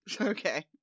Okay